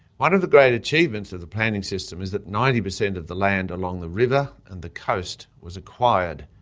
one of the great achievements of the planning system is that ninety per cent of the land along the river and the coast was acquired.